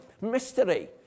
Mystery